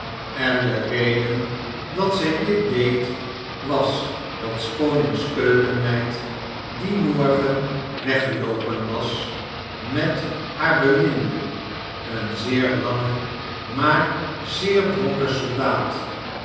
en de reden dat zij dit deed was dat s konings keukenmeid dien morgen weggeloopen was met haar beminde een zeer lange maar zeer dronken soldaat